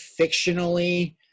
fictionally